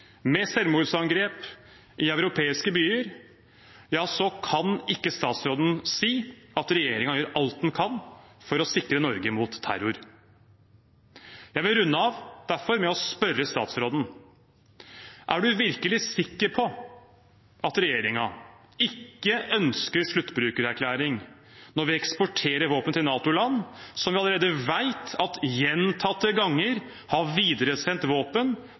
med selvmordsangrep i europeiske byer – kan ikke statsråden si at regjeringen gjør alt den kan for å sikre Norge mot terror. Jeg vil derfor runde av og spørre statsråden: Er hun virkelig sikker på at regjeringen ikke ønsker sluttbrukererklæring når vi eksporterer våpen til NATO-land som vi allerede vet at gjentatte ganger har videresendt våpen